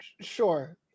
Sure